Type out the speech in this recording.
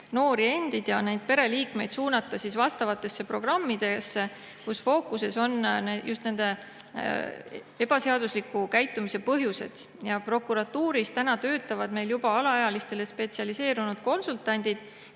noori endid ja nende pereliikmeid suunata programmidesse, kus fookuses on just nende ebaseadusliku käitumise põhjused. Prokuratuuris töötavad meil alaealistele spetsialiseerunud konsultandid,